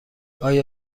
آیا